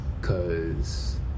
cause